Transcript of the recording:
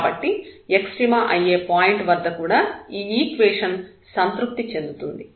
కాబట్టి ఎక్స్ట్రీమ అయ్యే పాయింట్ వద్ద కూడా ఈ ఈక్వేషన్ సంతృప్తి చెందుతుంది